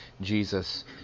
Jesus